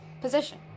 position